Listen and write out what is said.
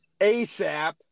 ASAP